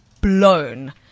blown